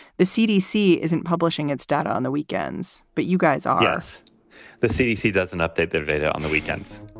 the cdc isn't publishing its data on the weekends, but you guys are, yes the cdc doesn't update their data on the weekends